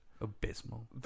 abysmal